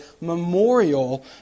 memorial